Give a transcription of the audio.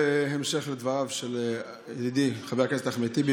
בהמשך לדבריו של ידידי חבר הכנסת אחמד טיבי,